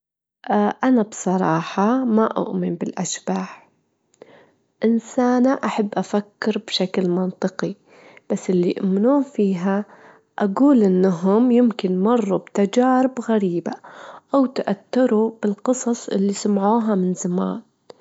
أكيد أرقام عشوائية إهي اتنين وتمانين، واحد وتسعين، ستة وتلاتين، إداشر، تلاتة وستين، اتنين وسبعين، خمستاش، سبعة وخمسين، أربعتاش.